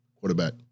quarterback